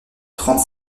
trente